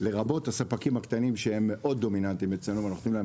לרבות הספקים הקטנים שהם מאוד דומיננטיים אצלנו ואנחנו נותנים להם